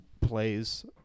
plays